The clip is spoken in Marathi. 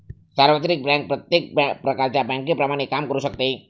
सार्वत्रिक बँक प्रत्येक प्रकारच्या बँकेप्रमाणे काम करू शकते